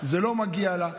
זה לא מגיע לה.